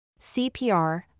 CPR